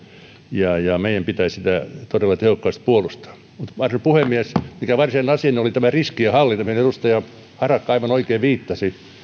ja ja meidän pitää sitä todella tehokkaasti puolustaa arvoisa puhemies varsinainen asiani oli tämä riskienhallinta mihin edustaja harakka aivan oikein viittasi